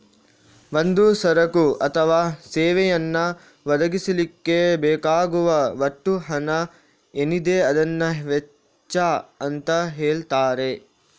ಒಂದು ಸರಕು ಅಥವಾ ಸೇವೆಯನ್ನ ಒದಗಿಸ್ಲಿಕ್ಕೆ ಬೇಕಾಗುವ ಒಟ್ಟು ಹಣ ಏನಿದೆ ಅದನ್ನ ವೆಚ್ಚ ಅಂತ ಹೇಳ್ತಾರೆ